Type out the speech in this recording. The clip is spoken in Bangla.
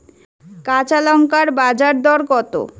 কাঁচা লঙ্কার বাজার দর কত?